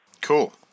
Cool